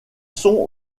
sont